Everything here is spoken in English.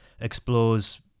explores